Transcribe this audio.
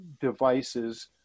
devices